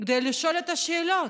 כדי לשאול את השאלות.